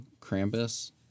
Krampus